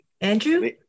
andrew